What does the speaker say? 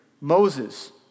Moses